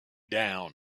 down